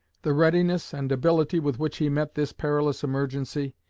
the readiness and ability with which he met this perilous emergency,